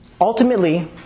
ultimately